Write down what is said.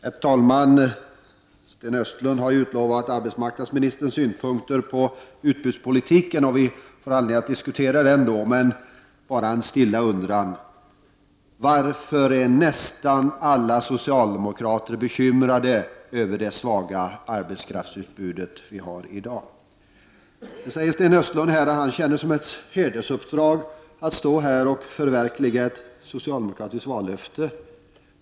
Herr talman! Sten Östlund har utlovat arbetsmarknadsministerns synpunkter på utbudspolitiken, och vi får då anledning att diskutera den. Bara en stilla undran: Varför är nästan alla socialdemokrater bekymrade över det svaga arbetskraftsutbudet i dag? Nu säger Sten Östlund att han känner det som ett hedersuppdrag att stå här och förverkliga ett socialdemokratiskt vallöfte.